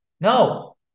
no